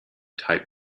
type